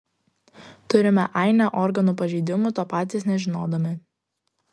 turime ainę organų pažeidimų to patys nežinodami